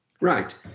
Right